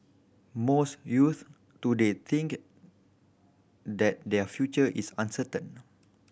most youth today think that their future is uncertain